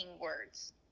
words